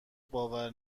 باور